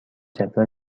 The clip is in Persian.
جدول